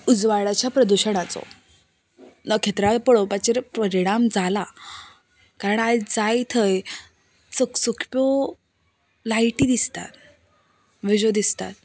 उजवाडाच्या प्रदुशणाचो नखेत्रां पळोवपाचेर परिणाम जाला कारण आयज जाय थंय चकचकप्यो लायटी दिसतात ह्यो ज्यो दिसतात